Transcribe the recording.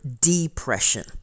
depression